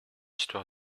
histoire